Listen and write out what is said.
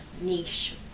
niche